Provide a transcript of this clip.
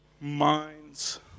minds